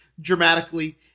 dramatically